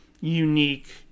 unique